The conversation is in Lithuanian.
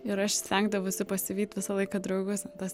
ir aš stengdavausi pasivyt visą laiką draugus ant tos